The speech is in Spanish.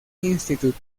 institute